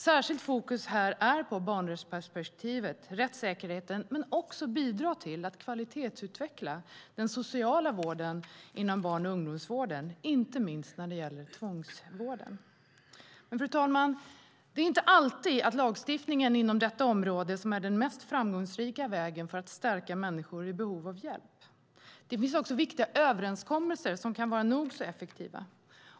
Särskilt fokus är på barnrättsperspektivet, rättssäkerheten och på att kvalitetsutveckla den sociala vården inom barn och ungdomsvården, inte minst när det gäller tvångsvården. Fru talman! Det är inte alltid lagstiftningen inom detta område som är den mest framgångsrika vägen för att stärka människor i behov av hjälp. Det finns viktiga överenskommelser som kan vara nog så effektiva.